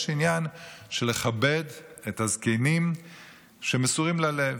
יש עניין של לכבד את הזקנים שמסורים ללב.